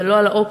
ולא על האופציה.